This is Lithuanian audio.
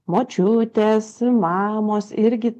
močiutės mamos irgi